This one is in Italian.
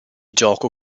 gioco